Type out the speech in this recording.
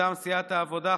מטעם סיעת העבודה,